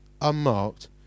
unmarked